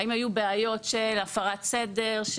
האם היו בעיות של הפרת סדר,